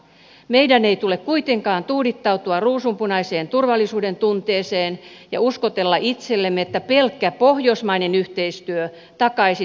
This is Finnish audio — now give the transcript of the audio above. meidän ei tule kuitenkaan tuudittautua ruusunpunaiseen turvallisuudentunteeseen ja uskotella itsellemme että pelkkä pohjoismainen yhteistyö takaisi suomen turvallisuuden